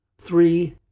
Three